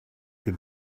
can